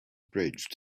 bridge